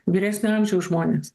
vyresnio amžiaus žmonės